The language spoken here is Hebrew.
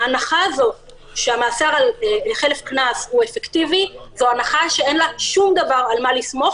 ההנחה הזו שהמאסר חלף קנס הוא אפקטיבי זו הנחה שאין לה על מה לסמוך,